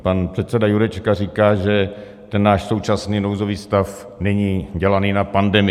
Pan předseda Jurečka říká, že ten náš současný nouzový stav není dělaný na pandemii.